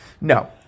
No